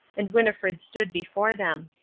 and winnifred stood before them.